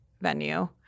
venue